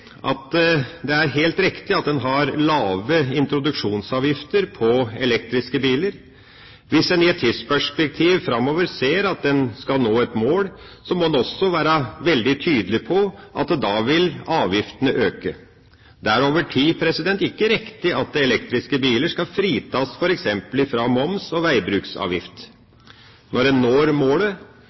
at det er helt riktig at en har lave introduksjonsavgifter på elektriske biler. Hvis en i et tidsperspektiv framover ser at en skal nå et mål, må en også være veldig tydelig på at da vil avgiftene øke. Det er over tid ikke riktig at elektriske biler skal fritas f.eks. for moms og veibruksavgift. Når en når målet,